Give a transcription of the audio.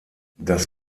das